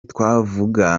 twavuga